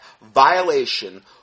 violation